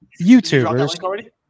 YouTubers